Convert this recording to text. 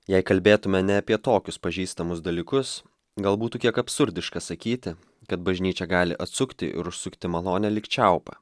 jei kalbėtume ne apie tokius pažįstamus dalykus gal būtų kiek absurdiška sakyti kad bažnyčia gali atsukti ir užsukti malonę lyg čiaupą